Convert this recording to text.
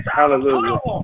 hallelujah